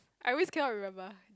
I always cannot remember